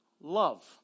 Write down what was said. love